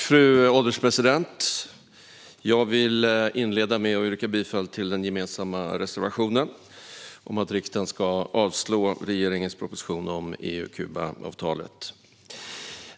Fru ålderspresident! Jag vill inleda med att yrka bifall till den gemensamma reservationen om att riksdagen ska avslå regeringens proposition om EU-Kuba-avtalet.